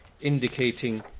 indicating